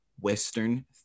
western